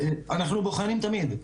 אנחנו בוחנים תמיד,